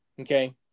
Okay